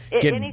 get